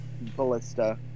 ballista